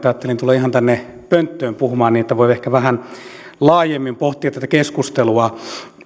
ajattelin tulla ihan tänne pönttöön puhumaan niin että voi ehkä vähän laajemmin pohtia tätä keskustelua